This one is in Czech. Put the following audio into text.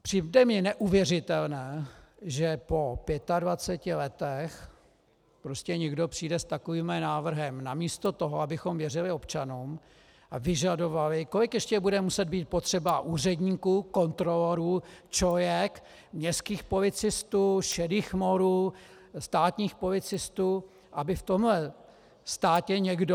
Přijde mi neuvěřitelné, že po 25 letech prostě někdo přijde s takovýmhle návrhem namísto toho, abychom věřili občanům a vyžadovali kolik ještě bude muset být potřeba úředníků, kontrolorů, ČOIek, městských policistů, šedých morů, státních policistů, aby v tomhle státě někdo...?